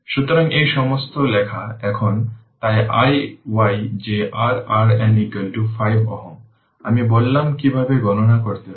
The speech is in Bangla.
সুতরাং এই সমস্ত লেখা এখানে তাই iy যে r RN 5 Ω আমি বললাম কিভাবে গণনা করতে হয়